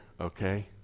okay